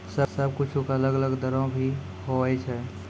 सब कुछु के अलग अलग दरो भी होवै छै